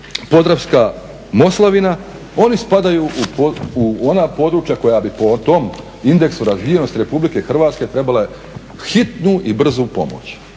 Podravska Moslavina, oni spadaju u ona područja koja bi po tom indeksu razvijenosti Republike Hrvatska trebale hitnu i brzu pomoć.